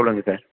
சொல்லுங்கள் சார்